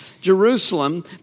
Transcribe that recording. Jerusalem